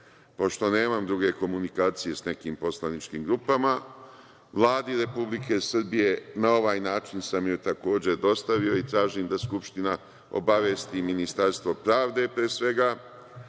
pošto nemam druge komunikacije sa nekim poslaničkim grupama. Vladi Republike Srbije, na ovaj način sam joj takođe dostavio i tražim da Skupština obavesti Ministarstvo prave, pre svega.